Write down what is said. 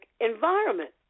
environment